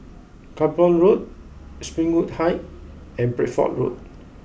Cranborne Road Springwood Height and Bedford Road